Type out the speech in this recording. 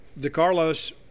DeCarlos